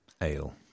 ale